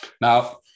Now